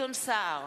גדעון סער,